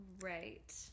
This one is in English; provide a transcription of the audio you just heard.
right